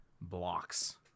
blocks